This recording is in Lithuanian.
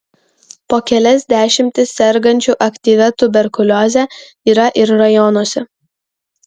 po kelias dešimtis sergančių aktyvia tuberkulioze yra ir rajonuose